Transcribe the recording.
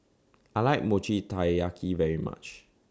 I like Mochi Taiyaki very much